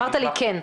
אמרת לי כן.